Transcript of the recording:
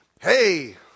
hey